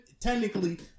Technically